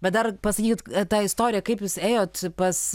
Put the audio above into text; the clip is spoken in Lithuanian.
bet dar pasakykit tą istoriją kaip jūs ėjot pas